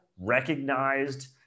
recognized